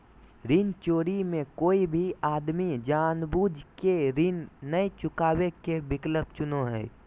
ऋण चोरी मे कोय भी आदमी जानबूझ केऋण नय चुकावे के विकल्प चुनो हय